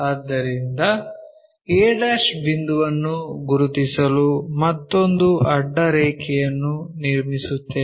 ಆದ್ದರಿಂದ a ಬಿಂದುವನ್ನು ಗುರುತಿಸಲು ಮತ್ತೊಂದು ಅಡ್ಡ ರೇಖೆಯನ್ನು ನಿರ್ಮಿಸುತ್ತೇವೆ